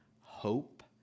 hope